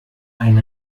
ein